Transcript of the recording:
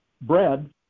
bread